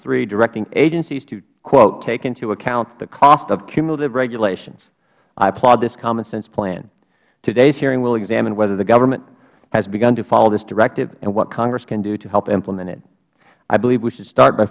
three directing agencies to quote take into account the cost of cumulative regulations i applaud this commonsense plan today's hearing will examine whether the government has begun to follow this directive and what congress can do to help implement it i believe we should start by